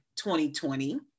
2020